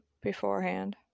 beforehand